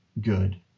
good